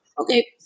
Okay